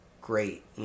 great